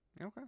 Okay